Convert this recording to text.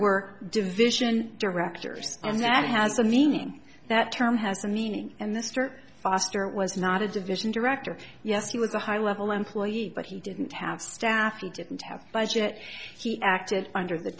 were division directors and that has a meaning that term has a meaning and mr foster was not a division director yes he was a high level employee but he didn't have staff he didn't have a budget he acted under the